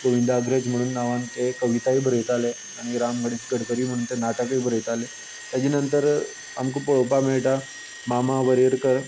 गोविंदाग्रज म्हण तें नांवान कविताय बरयताले आनी राम गणेश गडकरी म्हण ते नाटकूय बरयताले तेज्या नंतर आमकां पळोवपाक मेळटा मामा वरेडकर